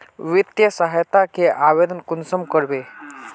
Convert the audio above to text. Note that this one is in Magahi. वित्तीय सहायता के आवेदन कुंसम करबे?